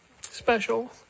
special